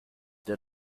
der